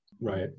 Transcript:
Right